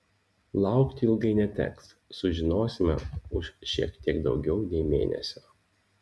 laukti ilgai neteks sužinosime už šiek tiek daugiau nei mėnesio